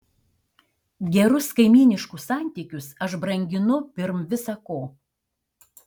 gerus kaimyniškus santykius aš branginu pirm visa ko